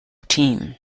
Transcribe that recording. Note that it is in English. team